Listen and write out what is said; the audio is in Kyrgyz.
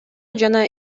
жана